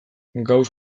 gauss